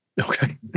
okay